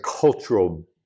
cultural